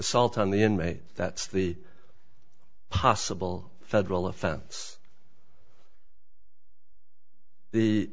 assault on the inmate that's the possible federal offense the